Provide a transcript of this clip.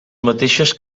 mateixes